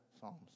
Psalms